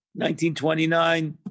1929